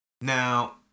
Now